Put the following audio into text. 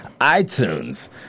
iTunes